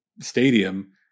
stadium